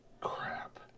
crap